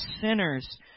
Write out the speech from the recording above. sinners